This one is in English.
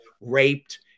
raped